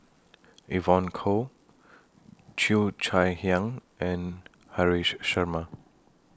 Evon Kow Cheo Chai Hiang and Haresh Sharma